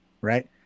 right